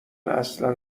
اصلا